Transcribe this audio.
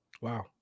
Wow